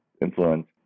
influence